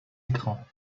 écrans